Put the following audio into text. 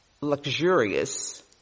luxurious